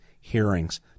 hearings